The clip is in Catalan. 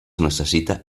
necessita